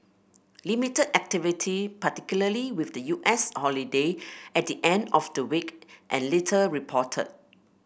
limited activity particularly with the U S holiday at the end of the week and little reported